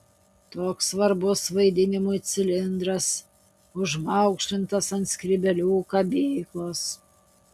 toks svarbus vaidinimui cilindras užmaukšlintas ant skrybėlių kabyklos